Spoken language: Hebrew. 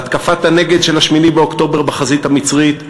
על התקפת הנגד של 8 באוקטובר בחזית המצרית,